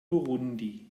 burundi